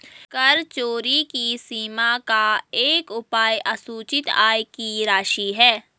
कर चोरी की सीमा का एक उपाय असूचित आय की राशि है